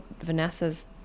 Vanessa's